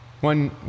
One